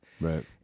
right